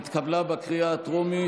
התקבלה בקריאה הטרומית.